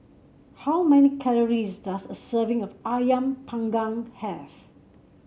how many calories does a serving of ayam Panggang have